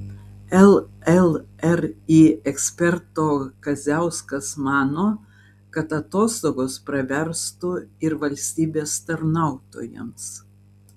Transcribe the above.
llri eksperto kadziauskas mano kad atostogos praverstų ir valstybės tarnautojams